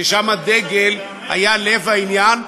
ששם הדגל היה לב העניין,